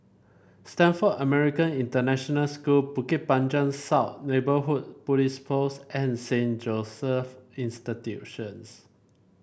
Stamford American International School Bukit Panjang South Neighbourhood Police Post and Saint Joseph's Institutions